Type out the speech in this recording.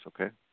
Okay